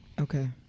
Okay